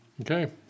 Okay